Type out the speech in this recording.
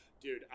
Dude